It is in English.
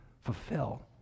fulfill